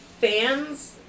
fans